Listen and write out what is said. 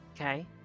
Okay